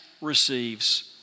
receives